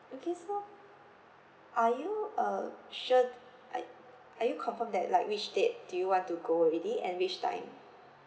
okay so are you uh sure are y~ are you confirm that like which date do you want to go already and which time